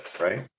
right